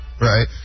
right